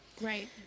right